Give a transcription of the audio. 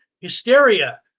Hysteria